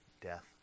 death